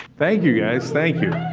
thank you, guys. thank you.